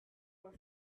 were